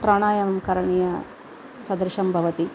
प्राणायां करणीयसदृशं भवति